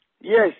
Yes